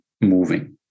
moving